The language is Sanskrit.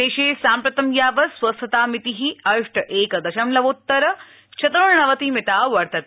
देशे साम्प्रतं यावत् स्वस्थतामितिः अष्ट एक दशमलवोत्तर चतुर्ण्णवतिमिता वर्तते